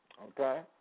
Okay